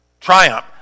Triumph